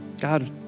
God